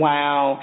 Wow